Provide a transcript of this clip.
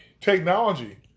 technology